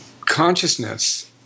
consciousness